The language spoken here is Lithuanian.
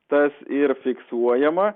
tas yr fiksuojama